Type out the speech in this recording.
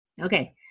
Okay